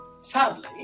sadly